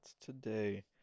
today